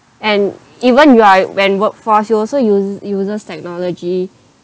and even you are when workforce you also use uses technology